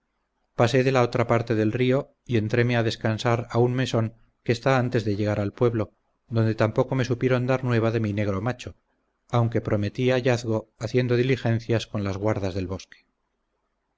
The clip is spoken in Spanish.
pasé de la otra parte del río y entréme a descansar a un mesón que está antes de llegar al pueblo donde tampoco me supieron dar nueva de mi negro macho aunque prometí hallazgo haciendo diligencias con las guardas del bosque